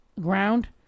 ground